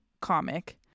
comic